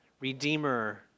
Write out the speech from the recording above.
Redeemer